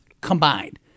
combined